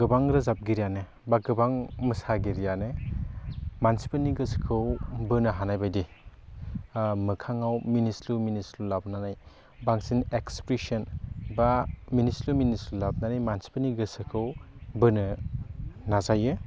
गोबां रोजाबगिरियानो बा गोबां मोसागिरियानो मानसिफोरनि गोसोखौ बोनो हानायबायदि मोखाङाव मिनिस्लु मिनिस्लु लाबोनानै बांसिन इक्सप्रेसन बा मिनिस्लु मिनिस्लु लाबोनानै मानसिफोरनि गोसोखौ बोनो नाजायो